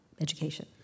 education